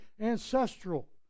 ancestral